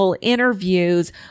interviews